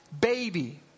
baby